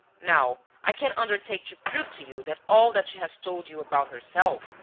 now i can undertake to prove to you that all that she has told you about herself,